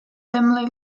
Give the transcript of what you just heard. dimly